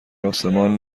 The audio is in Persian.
آسمان